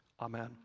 Amen